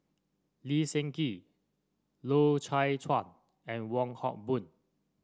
Lee Seng Gee Loy Chye Chuan and Wong Hock Boon